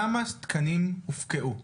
כמה תקנים הופקעו?